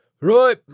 Right